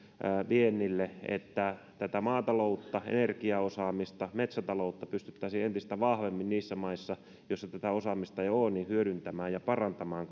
viennille jotta tätä maataloutta energiaosaamista metsätaloutta pystyttäisiin entistä vahvemmin niissä maissa joissa tätä osaamista ei ole hyödyntämään ja parantamaan